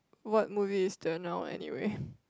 what movie is the now anyway